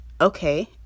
okay